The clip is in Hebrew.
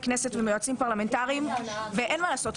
כנסת ומיועצים פרלמנטריים ואין מה לעשות,